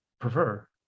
prefer